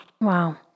Wow